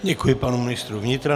Děkuji panu ministrovi vnitra.